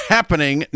Happening